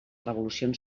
revolucions